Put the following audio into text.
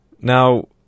Now